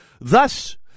thus